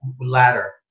ladder